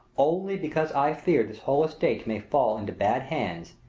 only because i fear this whole estate may fall into bad hands,